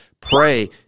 pray